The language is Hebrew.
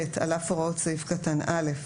(ב) על אף הוראות סעיף קטן (א),